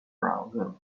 browser